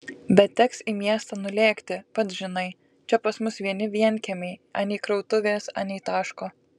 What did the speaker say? bet teks į miestą nulėkti pats žinai čia pas mus vieni vienkiemiai anei krautuvės anei taško